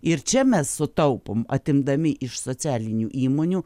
ir čia mes sutaupom atimdami iš socialinių įmonių